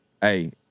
Hey